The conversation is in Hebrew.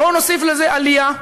בואו נוסיף לזה עלייה.